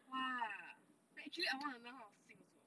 !wah! then actually I want to learn how to sing also